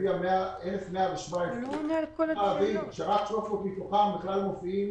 צריך להבין שרק 300 מתוכם בכלל מופיעים